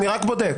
אני רק בודק.